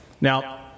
Now